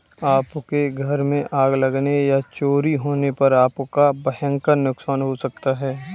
आपके घर में आग लगने या चोरी होने पर आपका भयंकर नुकसान हो सकता है